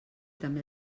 també